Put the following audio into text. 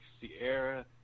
Sierra